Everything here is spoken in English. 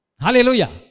Hallelujah